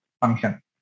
function